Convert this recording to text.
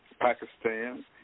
Pakistan